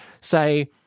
say